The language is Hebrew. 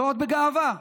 ועוד בגאווה.